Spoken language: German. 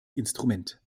instrument